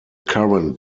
current